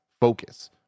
focus